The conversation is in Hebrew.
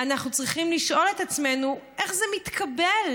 אנחנו צריכים לשאול את עצמנו איך זה מתקבל